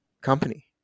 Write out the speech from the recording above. company